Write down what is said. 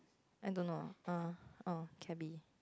I don't know err oh cabby